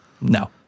No